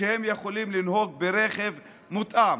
יכולים לנהוג ברכב מותאם.